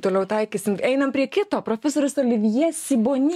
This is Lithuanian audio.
toliau taikysim einam prie kito profesorius salivje siboni